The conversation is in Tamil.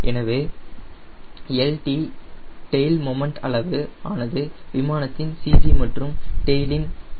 எனவே lt டெயில் மொமன்ட் அளவு ஆனது விமானத்தின் CG மற்றும் டெயிலின் a